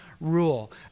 rule